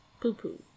poo-poo